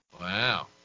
Wow